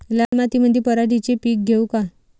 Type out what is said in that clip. लाल मातीमंदी पराटीचे पीक घेऊ का?